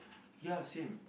ya same